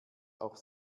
auch